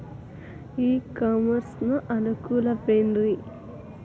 E commerce ನ ಅನುಕೂಲವೇನ್ರೇ?